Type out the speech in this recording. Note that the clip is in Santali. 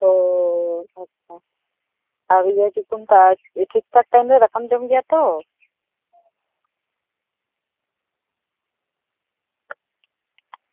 ᱚ ᱟᱪᱪᱷᱟ ᱟᱨ ᱪᱮᱫᱠᱚ ᱢᱮᱛᱟᱜᱼᱟ ᱴᱷᱤᱠᱼᱴᱷᱟᱠ ᱪᱟᱭᱤᱢ ᱨᱮ ᱫᱟᱠᱟᱢ ᱡᱚᱢ ᱜᱮᱭᱟ ᱛᱚ